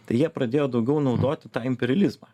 tai jie pradėjo daugiau naudoti tą imperializmą